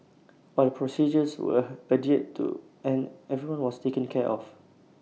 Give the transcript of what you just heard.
all procedures were adhered to and everyone was taken care of